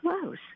close